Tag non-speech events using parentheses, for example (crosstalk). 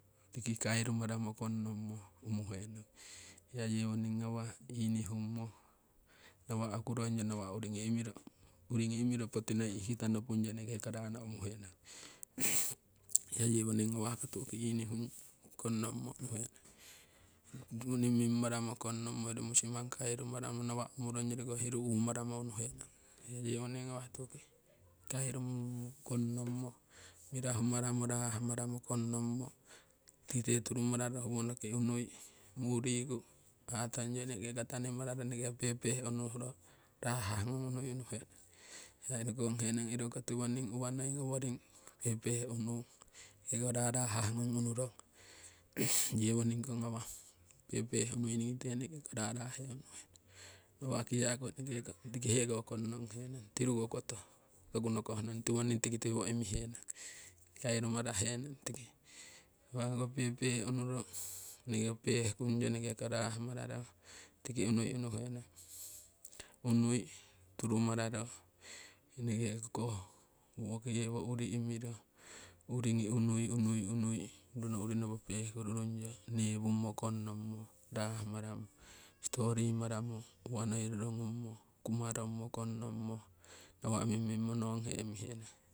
Tiki kairumaramo kongnommo umuhenong hiya yewoning ngawah inihummo nawa' okurongyo, nawa' urigi imiro poti noi ihkita nopung yo eneke rano umuhenong. (noise) Hiya yewoning ngawah tu'uki inihummo kongnommo unuhenong tiwoning mimmaramo hoyori musimang nawa' umuro ongori koh hiru umaramo unuhenong. Hiya yewoning ngawah (laughs) tu'uki kairummo, kongnommo mirahu maramo rah maramo kongnommo tiki turumararo howonoki unui muu riku atongyo eneke ko tani mararo eneke pehpeh unuro rahah ngung unui unuhenong. Ngokunghe nuiyong iroko tiwoning uwa noi ngoworing pehpeh unung ho rarahah ngung unu rong yewoning ko ngawah pehpeh unui ngite eneke ko rarah unuhenong, nawa' kiyaku eneke ko tiki kongnong henong (noise) tiruko koto toku ngokoh nong tiwoning tiki tiwo imihe nong kairu marahe nong tiki. Nawa'ko pehpeh unuro enekeko peh kungyo enekeko rahmararo tiki unui unuhenong unui turu mararo eneke ko woki yewo uuri imiro, urigi unui unui rono urinopo pehkuru rungyo newummo kongnommo rah maramo sitori maramo uwa noi rorogummo, kumarongmo kongnommo nawa' mimmming mononghe imihenong.